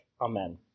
Amen